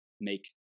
make